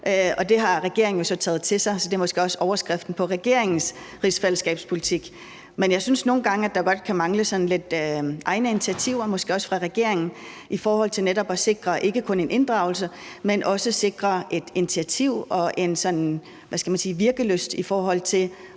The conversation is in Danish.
det har regeringen jo så taget til sig, så det er måske også overskriften på regeringens rigsfællesskabspolitik. Men jeg synes nogle gange, at der godt kan mangle sådan lidt egne initiativer, måske også fra regeringens side, i forhold til netop at sikre ikke kun en inddragelse, men også et initiativ og en virkelyst i forhold til